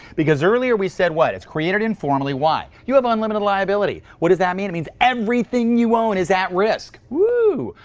because earlier we said what? it's created informally. why? you have unlimited liability. what does that mean? it means everything you own is at risk. woooh.